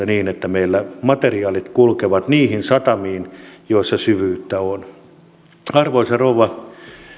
niin että meillä materiaalit kulkevat niihin satamiin joissa syvyyttä on arvoisa rouva